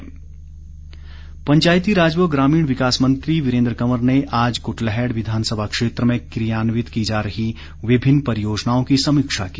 कंवर पंचायती राज व ग्रामीण विकास मंत्री वीरेन्द्र कंवर ने आज कृटलैहड़ विधानसभा क्षेत्र में क्रियान्वित की जा रही विभिन्न परियोजनाओं की समीक्षा की